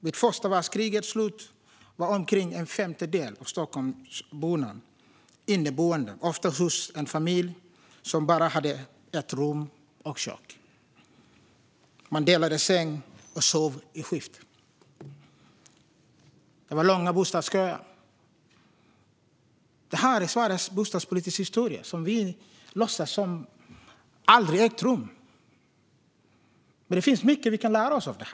Vid första världskrigets slut var omkring en femtedel av Stockholms befolkning inneboende, ofta hos en familj som bara hade ett rum och kök. Folk delade säng och sov i skift." Det var långa bostadsköer. Detta är svensk bostadspolitisk historia. Vi låtsas som om det aldrig ägt rum, men det finns mycket vi kan lära oss av detta.